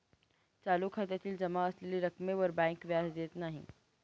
चालू खात्यातील जमा असलेल्या रक्कमेवर बँक व्याज देत नाही